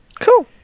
Cool